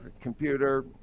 computer